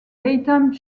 daytime